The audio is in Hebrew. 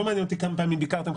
לא מעניין אותי כמה פעמים ביקרתם,